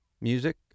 Music